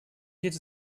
geht